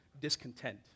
discontent